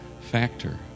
factor